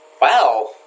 Wow